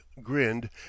grinned